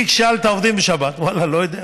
כי כששאלת אם עובדים בשבת, ואללה, אני לא יודע.